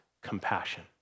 compassion